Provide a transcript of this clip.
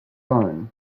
fun